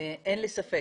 אין לי ספק.